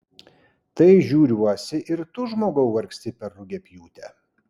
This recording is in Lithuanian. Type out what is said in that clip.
tai žiūriuosi ir tu žmogau vargsti per rugiapjūtę